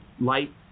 light